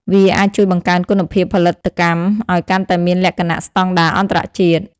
វាអាចជួយបង្កើនគុណភាពផលិតកម្មឲ្យកាន់តែមានលក្ខណៈស្តង់ដារអន្តរជាតិ។